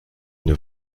une